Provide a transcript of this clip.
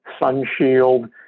sunshield